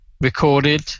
recorded